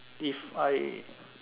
if I